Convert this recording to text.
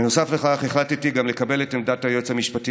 נוסף על כך החלטתי לקבל את עמדת היועץ המשפטי